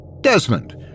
Desmond